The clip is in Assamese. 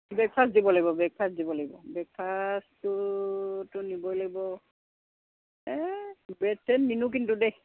ব্ৰেকফাষ্ট দিব লাগিব ব্ৰেকফাষ্ট দিব লাগিব ব্ৰেকফাষ্টটোতো নিবই লাগিব এই ব্ৰেড ছেড নিনো কিন্তু দেই